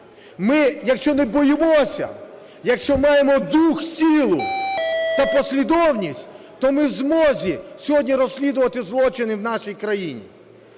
Ми, якщо не боїмося, якщо маємо дух, силу та послідовність, то ми в змозі сьогодні розслідувати злочини в нашій країні.